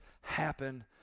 happen